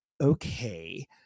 okay